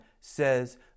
says